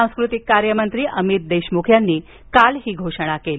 सांस्कृतिक कार्यमंत्री अमित देशमुख यांनी काल ही घोषणा केली